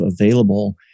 available